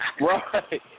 Right